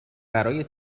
برای